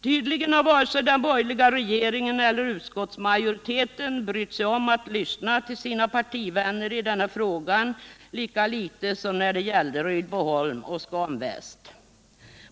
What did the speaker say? Tydligen har varken den borgerliga regeringen eller utskottsmajoriteten brytt sig om att lyssna till sina partivänner i den här frågan, lika litet som man gjorde det när det gällde Rydboholm och Scan Väst.